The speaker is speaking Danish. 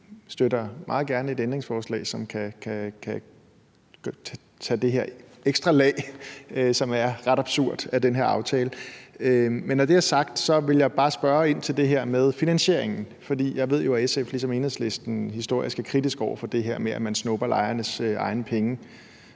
Vi støtter meget gerne et ændringsforslag, som kan tage det her ekstra lag, som er ret absurd, af den her aftale. Men når det er sagt, vil jeg bare spørge ind til det her med finansieringen, for jeg ved, at SF ligesom Enhedslisten historisk er kritisk over for det her med, at man snupper lejernes egne penge,